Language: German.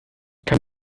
kann